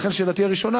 לכן, שאלתי הנוספת,